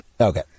Okay